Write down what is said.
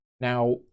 Now